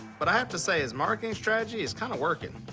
but i have to say, his marketing strategy is kind of working.